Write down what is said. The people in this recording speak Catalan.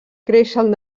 creixen